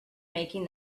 making